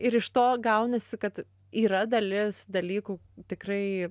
ir iš to gaunasi kad yra dalis dalykų tikrai